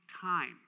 time